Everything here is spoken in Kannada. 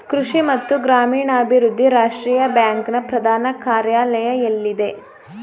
ಕೃಷಿ ಮತ್ತು ಗ್ರಾಮೀಣಾಭಿವೃದ್ಧಿ ರಾಷ್ಟ್ರೀಯ ಬ್ಯಾಂಕ್ ನ ಪ್ರಧಾನ ಕಾರ್ಯಾಲಯ ಎಲ್ಲಿದೆ?